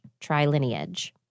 trilineage